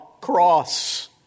cross